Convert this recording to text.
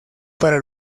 para